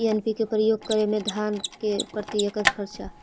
NPK का प्रयोग करे मे धान मे प्रती एकड़ खर्चा?